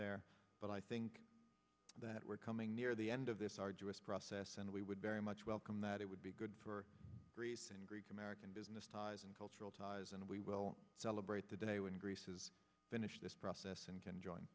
there but i think that we're coming near the end of this arduous process and we would very much welcome that it would be good for greece and greek american business ties and cultural ties and we will celebrate the day when greece is finished this process and can join